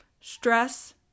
Stress